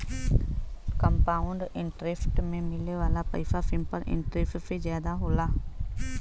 compound interest में मिले वाला पइसा सिंपल इंटरेस्ट से जादा होला